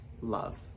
love